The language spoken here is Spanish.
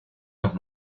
los